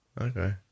Okay